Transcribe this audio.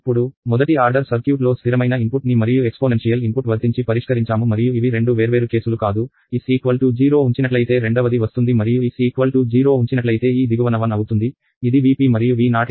ఇప్పుడు మొదటి order circuit లో స్ధిరమైన ఇన్పుట్ ని మరియు ఎక్స్పోనెన్షియల్ ఇన్పుట్ వర్తించి పరిష్కరించాము మరియు ఇవి రెండు వేర్వేరు కేసులు కాదు s 0 ఉంచినట్లయితే రెండవది వస్తుంది మరియు s 0 ఉంచినట్లయితే ఈ దిగువన 1 అవుతుంది ఇది V p మరియు V o e t R C ఉంటుంది